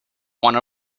one